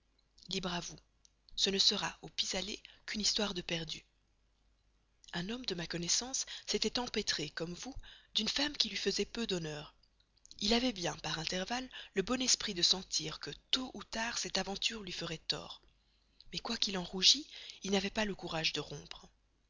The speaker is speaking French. libre à vous ce ne sera au pis-aller qu'une histoire de perdue un homme de ma connaissance s'était empêtré comme vous d'une femme qui lui faisait peu d'honneur il avait bien par intervalle le bon esprit de sentir que tôt ou tard cette aventure lui ferait tort mais quoiqu'il en rougît il n'avait pas le courage de rompre